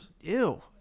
Ew